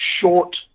short